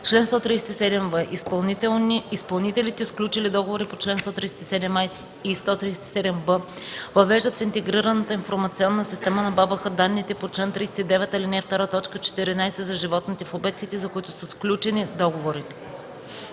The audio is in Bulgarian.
Чл. 137в. Изпълнителите, сключили договори по чл. 137а и 137б, въвеждат в Интегрираната информационна система на БАБХ данните по чл. 39, ал. 2, т. 14 за животните в обектите, за които са сключени договорите.”